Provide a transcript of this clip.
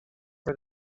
for